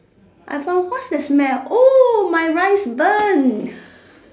I found what's that smell oh my rice burnt